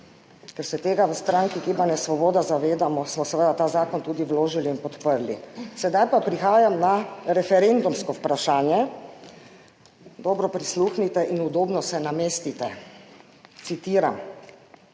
Ker se tega v stranki Gibanje Svoboda zavedamo, smo seveda ta zakon tudi vložili in podprli. Sedaj pa prehajam na referendumsko vprašanje. Dobro prisluhnite in udobno se namestite. Citiram: